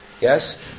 Yes